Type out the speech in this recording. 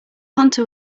hunter